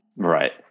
Right